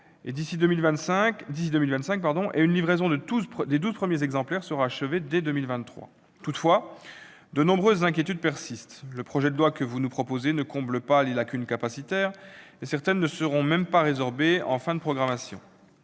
d'ici à 2025 et une livraison des douze premiers exemplaires sera achevée dès 2023. Toutefois, de nombreuses inquiétudes persistent. Le projet de loi que vous nous proposez ne comble pas les lacunes capacitaires. Certaines ne seront même pas résorbées en fin de programmation.